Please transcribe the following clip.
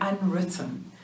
unwritten